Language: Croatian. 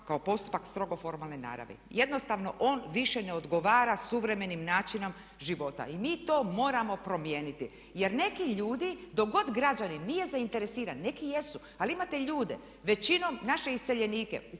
kao postupak strogo formalne naravi. Jednosatno on više ne odgovara suvremenim načinom života i mi to moramo promijeniti. Jer neki ljudi dok god građanin nije zainteresiran, neki jesu ali imate ljude, većinom naše iseljenike